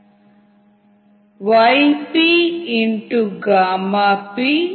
இதை நாம் η என குறிப்போம்